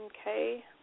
Okay